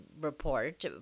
report